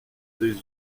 des